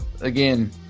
again